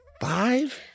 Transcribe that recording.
Five